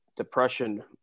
depression